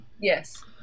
Yes